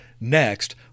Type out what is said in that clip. Next